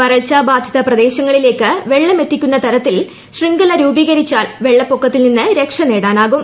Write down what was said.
വരൾച്ച ബാധിത പ്രദേശങ്ങളിലേക്ക് വെള്ളമെത്തിക്കുന്ന തരത്തിൽ ശൃംഖല രൂപീകരിച്ചാൽ വെള്ളപ്പൊക്കത്തിൽ നിന്നു രക്ഷ നേടാനാകും